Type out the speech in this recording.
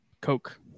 Coke